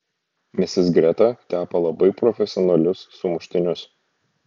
misis greta tepa labai profesionalius sumuštinius